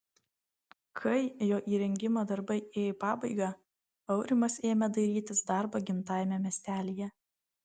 kai jo įrengimo darbai ėjo į pabaigą aurimas ėmė dairytis darbo gimtajame miestelyje